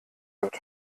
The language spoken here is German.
wird